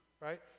Right